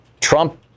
Trump